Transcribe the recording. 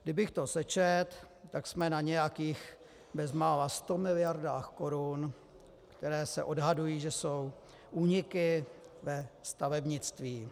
Kdybych to sečetl, tak jsme na nějakých bez mála sto miliardách korun, které se odhadují, že jsou úniky ve stavebnictví.